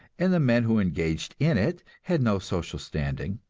and the men who engaged in it had no social standing.